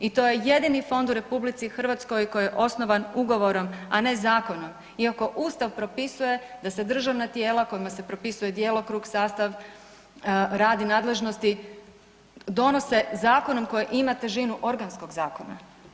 I to je jedini fond u RH koji je osnovan ugovorom, a ne zakonom iako Ustav propisuje da se državna tijela kojima se propisuje djelokrug, sastav, rad i nadležnosti donose zakonom koji ima težinu organskog zakona.